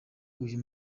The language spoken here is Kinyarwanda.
uyu